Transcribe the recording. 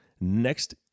next